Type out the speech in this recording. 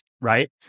right